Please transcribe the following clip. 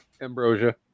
Ambrosia